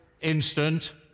instant